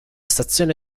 stazione